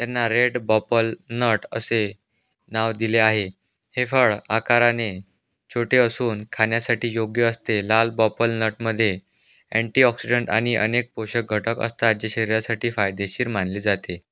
त्यांना red bopple nut असे नाव दिले आहे हे फळ आकाराने छोटे असून खाण्यासाठी योग्य असते लाल बॉपल नटमध्ये अँटीऑक्सिडंट आणि अनेक पोषक घटक असतात जे शरीरासाठी फायदेशीर मानले जाते